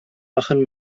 machen